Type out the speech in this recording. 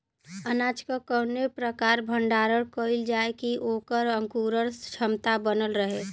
अनाज क कवने प्रकार भण्डारण कइल जाय कि वोकर अंकुरण क्षमता बनल रहे?